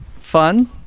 fun